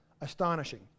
astonishing